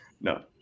No